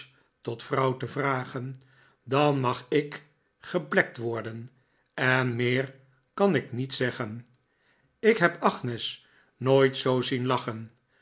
tot vrouw te vragen dan mag ik geblekt worden en meer kan ik niet zeggen ik heb agnes nooit zoo zien lachen